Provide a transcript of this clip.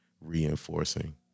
reinforcing